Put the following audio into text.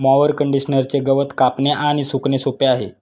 mower कंडिशनरचे गवत कापणे आणि सुकणे सोपे आहे